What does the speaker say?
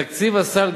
תקציב הסל,